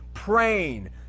Praying